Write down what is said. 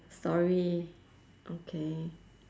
story okay